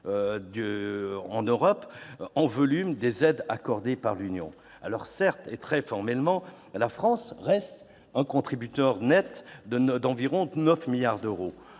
bénéficiaire en volume des aides accordées par l'Union. Certes, et très formellement, la France reste un contributeur net d'environ 9 milliards d'euros.